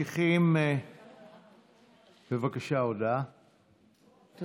בבקשה, הודעה למזכירת הכנסת.